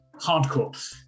hardcore